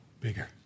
bigger